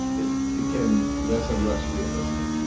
it became less and less realistic.